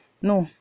No